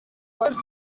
was